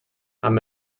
amb